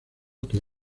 que